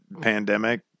pandemic